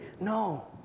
No